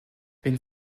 wenn